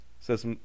Says